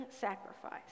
sacrifice